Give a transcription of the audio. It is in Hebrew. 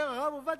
אומר הרב עובדיה,